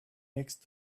next